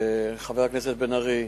חבר הכנסת בן-ארי,